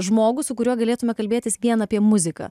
žmogų su kuriuo galėtume kalbėtis vien apie muziką